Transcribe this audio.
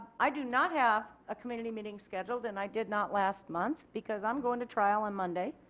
i do not have a community meeting scheduled and i did not last month because i am going to trial on monday.